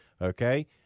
okay